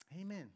Amen